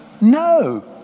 No